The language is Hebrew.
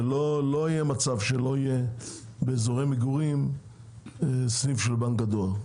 לא יהיה מצב שלא יהיה באזורי מגורים סניף של בנק הדואר.